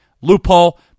loophole